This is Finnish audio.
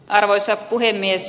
arvoisa puhemies